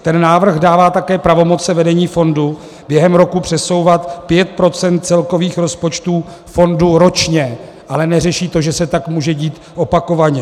Ten návrh dává také pravomoci vedení fondu během roku přesouvat pět procent celkových rozpočtů fondu ročně, ale neřeší to, že se tak může dít opakovaně.